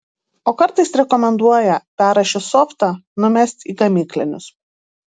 o kartais rekomenduoja perrašius softą numest į gamyklinius